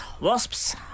Wasps